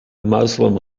muslim